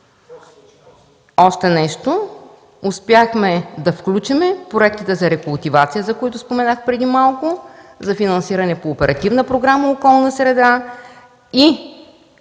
Още нещо, успяхме да включим проектите за рекултивация, за които споменах преди малко, за финансиране по Оперативна програма „Околна среда” и